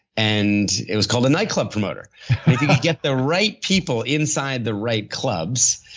and it was called a night club promoter. if you could get the right people inside the right clubs,